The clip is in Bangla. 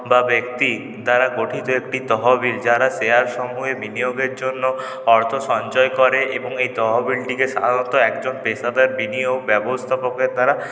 দল বা ব্যক্তির দ্বারা গঠিত একটি তহবিল যারা শেয়ার সময়ে বিনিয়োগের জন্য অর্থ সঞ্চয় করে এবং এই তহবিলটিকে সাধারণত একজন পেশাদার বিনোয়োগ ব্যবস্থাপকের দ্বারা